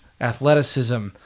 athleticism